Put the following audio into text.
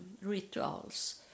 rituals